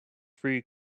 free